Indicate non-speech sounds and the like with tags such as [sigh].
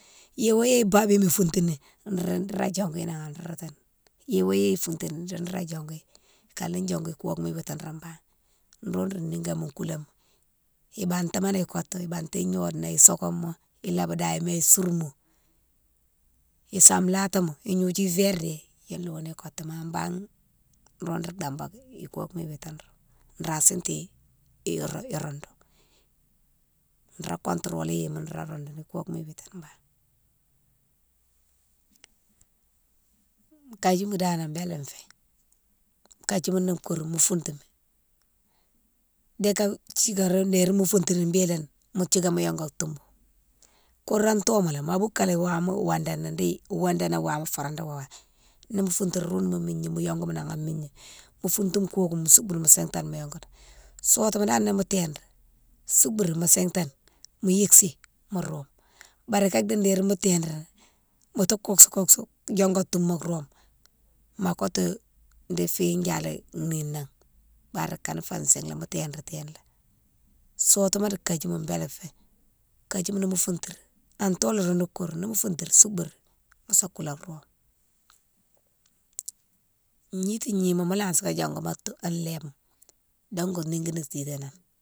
Yéhoyéyé babiyone foutini rola dioguinan an roudoutini, yéhoyéye fountini nrola diogoni, ikane diogou ikoke witiro banne nro ro nigoma kouléma ibantima lé kotou, ibanti gnode na, isokoma, inabédayma souroumou isalatama, ignodiou verdé yé younné ghounni, kotou ma banne nro ro dambake ikokouma witi nro, nra siti iroudou, roudou, nra contro lé yima rola roudouni ikokoma witine banne. Kadjima dane bélé fé, kadjima ni kouro mo fountou ni, dika thikaro déri mo fountini bélé mo thika mo yongou a touma, korou anto malé, ma boukalé wama wandani, dé wandani wama forandé wama, nimo fountini roumi migna mo yongouni nagha migna, mo fountini kokou soubrima sintane. [unintelligible] Sotouma dane nimo tinni, soubouri mo sintane, mo yiksi mo rome bari kadi déri mo tinni moto kouksou kouksou yongou an touma rome ma kotou déri fi yalé néhinan bare akane fé sigue lé mo tinni tinni lé. Sotouma di kadjima bélé fé, kadjima ni mo fountri anto lé younnou korou, ni mo fountrighi soubouri mosa koulé rome. Gnity gnima mola sa yongou an toum, a lébema dongou niguini titane na.